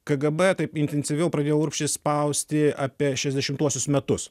kgb taip intensyviau pradėjo urbšį spausti apie šešiasdešimtuosius metus